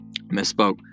Misspoke